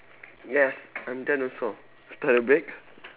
yes I'm done also toilet break